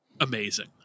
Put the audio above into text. amazing